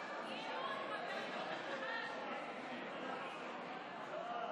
התוצאות: בעד,